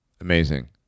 Amazing